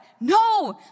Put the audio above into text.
no